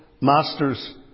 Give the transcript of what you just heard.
master's